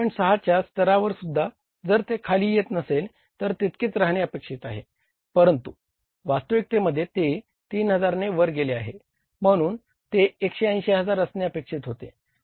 6 च्या स्तरावरसुद्धा जर ते खाली येत नसेल तर तितकेच राहणे अपेक्षित आहे परंतु वास्तविकतेमध्ये ते 3000 ने वर गेले आहे म्हणून ते 180000 असणे अपेक्षित होते